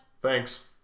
Thanks